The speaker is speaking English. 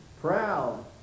proud